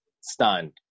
stunned